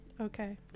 Okay